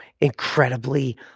incredibly